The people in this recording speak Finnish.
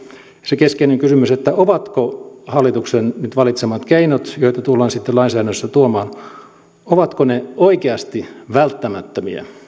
se keskeinen kysymys kuuluu ovatko hallituksen nyt valitsemat keinot joita tullaan sitten lainsäädännössä tuomaan oikeasti välttämättömiä